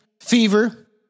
fever